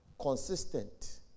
consistent